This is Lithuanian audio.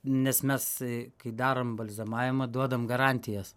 nes mes kai darom balzamavimą duodam garantijas